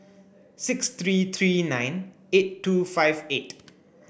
six three three nine eight two five eight